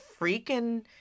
freaking